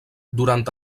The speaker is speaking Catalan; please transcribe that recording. durant